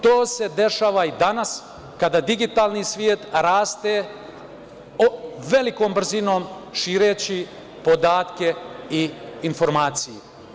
To se dešava i danas kada digitalni svet raste velikom brzinom, šireći podatke i informacije.